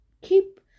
keep